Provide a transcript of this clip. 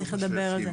צריך לדבר על זה.